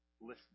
listening